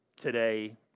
today